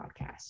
podcast